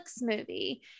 movie